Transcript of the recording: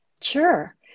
Sure